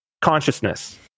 consciousness